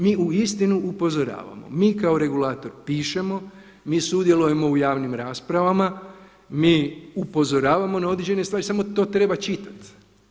Mi uistinu upozoravamo, mi kao regulator pišemo, mi sudjelujemo u javnim raspravama, mi upozoravamo na određene stvari samo to treba čitati.